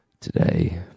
today